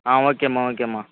ஆ ஓகேம்மா ஓகேம்மா